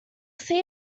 see